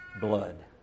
blood